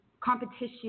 competition